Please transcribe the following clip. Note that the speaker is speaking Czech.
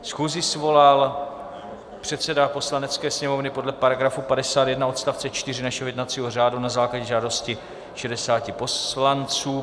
Schůzi svolal předseda Poslanecké sněmovny podle § 51 odst. 4 našeho jednacího řádu na základě žádosti 60 poslanců.